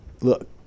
look